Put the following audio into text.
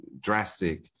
drastic